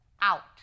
out